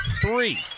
Three